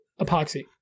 epoxy